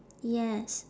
yes